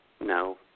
No